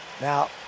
Now